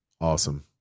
awesome